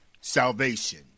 salvation